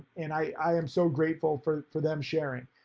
and i am so grateful for for them sharing,